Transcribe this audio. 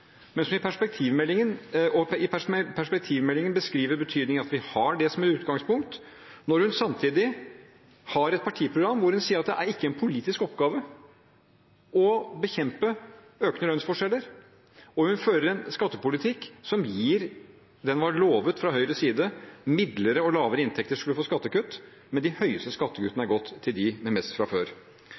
og i perspektivmeldingen beskriver betydningen av at vi har det som utgangspunkt, når hun samtidig har et partiprogram hvor hun sier at det ikke er en politisk oppgave å bekjempe økende lønnsforskjeller, og fører en skattepolitikk som gir det en var lovet fra Høyres side: Midlere og lavere inntekter skulle få skattekutt – men de høyeste skattekuttene har gått til dem med mest fra før.